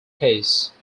case